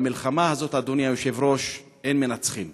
במלחמה הזאת, אדוני היושב-ראש, אין מנצחים,